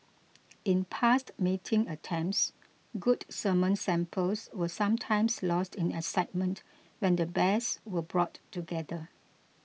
in past mating attempts good semen samples were sometimes lost in excitement when the bears were brought together